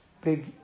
big